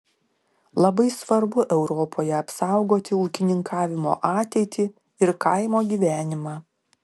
labai svarbu europoje apsaugoti ūkininkavimo ateitį ir kaimo gyvenimą